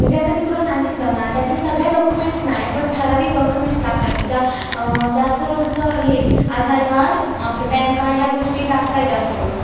जे आता मी तुला सांगितलं ना त्यातले सगळे डॉकुमेंट्स नाही पण ठराविक डॉक्युमेंट्स लागतात प ज्या जास्त करून असं हे आधार कार्ड आपलं पॅन कार्ड ह्या गोष्टी लागत आहेत जास्त करून